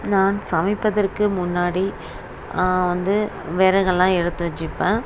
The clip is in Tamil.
நான் சமைப்பதற்கு முன்னாடி வந்து விறகெல்லாம் எடுத்து வைச்சுப்பேன்